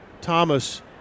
Thomas